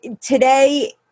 today